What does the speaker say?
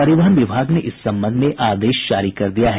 परिवहन विभाग ने इस संबंध में आदेश जारी कर दिया है